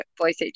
voice